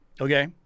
Okay